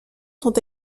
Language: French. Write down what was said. sont